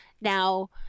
now